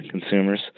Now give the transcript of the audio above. consumers